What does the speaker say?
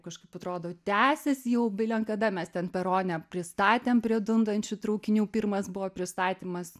kažkaip atrodo tęsiasi jau bilenkada mes ten perone pristatėm prie dundančių traukinių pirmas buvo pristatymas